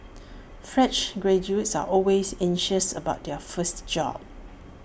fresh graduates are always anxious about their first job